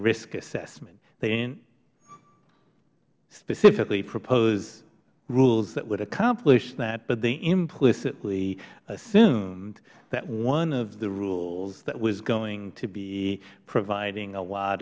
risk assessment they didn't specifically propose rules that would accomplish that but they implicitly assumed that one of the rules that was going to be providing a lot